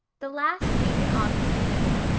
the last week in august came.